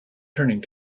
turning